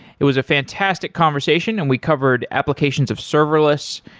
it was a fantastic conversation and we covered applications of serverless,